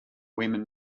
women